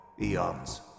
Eons